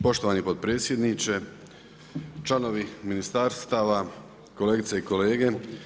Poštovani potpredsjedniče, članovi ministarstava, kolegice i kolege.